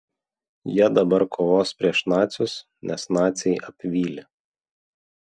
jie dabar kovos prieš nacius nes naciai apvylė